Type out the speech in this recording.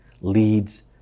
leads